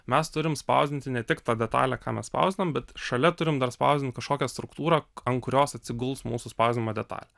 mes turim spausdinti ne tik tą detalę ką mes spausdinam bet šalia turim dar spausdint kažkokią struktūrą ant kurios atsiguls mūsų spausdinama detalė